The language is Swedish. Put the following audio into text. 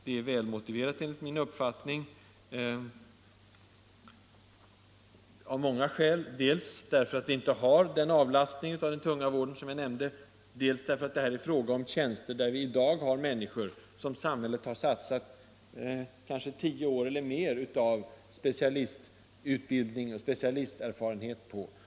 Det är enligt min uppfattning välmotiverat av flera skäl, dels därför att vi, som jag nämnde, ännu inte har någon avlastning av den tunga vården, dels därför att det här är fråga om tjänster som i dag innehas av människor som samhället har satsat tio år eller mer av specialistutbildning och specialisterfarenhet på.